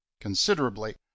considerably